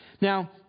Now